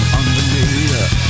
underneath